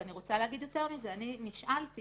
נשאלתי